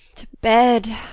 to bed.